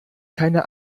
keine